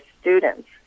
students